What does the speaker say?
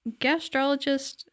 gastrologist